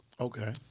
Okay